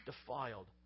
defiled